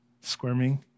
squirming